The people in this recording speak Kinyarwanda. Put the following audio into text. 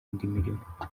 indirimbo